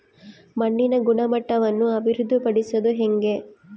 ಮಣ್ಣಿನ ಗುಣಮಟ್ಟವನ್ನು ಅಭಿವೃದ್ಧಿ ಪಡಿಸದು ಹೆಂಗೆ?